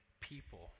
people